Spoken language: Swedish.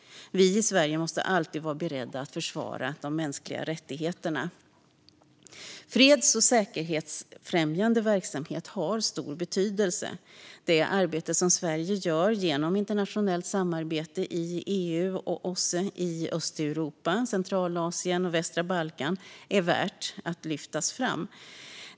Vi i Sverige måste alltid vara beredda att försvara de mänskliga rättigheterna. Freds och säkerhetsfrämjande verksamhet har stor betydelse. Det arbete som Sverige gör i Östeuropa, i Centralasien och på västra Balkan genom internationellt samarbete i EU och OSSE är värt att lyftas fram.